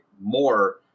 more